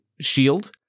shield